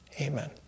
Amen